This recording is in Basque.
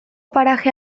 paraje